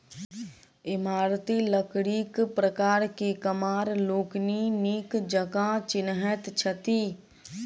इमारती लकड़ीक प्रकार के कमार लोकनि नीक जकाँ चिन्हैत छथि